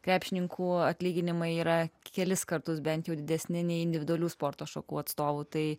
krepšininkų atlyginimai yra kelis kartus bent jų didesni nei individualių sporto šakų atstovų tai